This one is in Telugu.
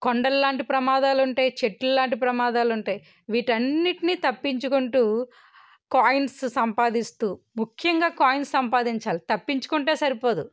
కొండలలాంటి ప్రమాదాలు ఉంటాయి చెట్లలాంటి ప్రమాదాలు ఉంటాయి వీటని అన్నింటినీ తప్పించుకుంటు కాయిన్స్ సంపాదిస్తు ముఖ్యంగా కాయిన్స్ సంపాదించాలి తప్పించుకుంటే సరిపోదు